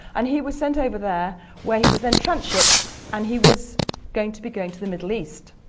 and he was sent over there where he was then transshipped and he was going to be going to the middle east.